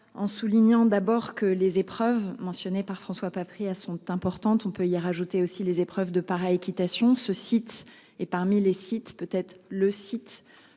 En soulignant d'abord que les épreuves mentionné par François Patriat sont importantes on peut y rajouter aussi les épreuves de para-équitation ce site et parmi les sites peut-être le site